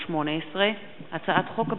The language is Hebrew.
פ/4241/18 וכלה בהצעת חוק פ/4284/18,